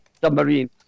submarine